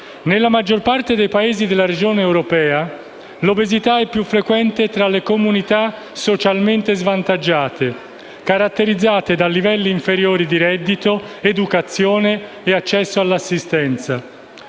Nella maggior parte dei Paesi della regione europea l'obesità è più frequente tra le comunità socialmente svantaggiate, caratterizzate da livelli inferiori di reddito, educazione e accesso all'assistenza.